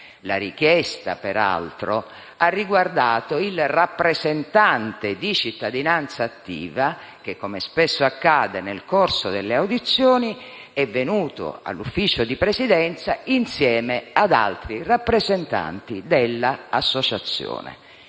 La richiesta, peraltro, ha riguardato il rappresentante di Cittadinanzattiva, che, come spesso accade nel corso delle audizioni, è venuto in Ufficio di Presidenza insieme ad altri rappresentanti dell'associazione.